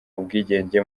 ubwigenge